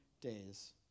days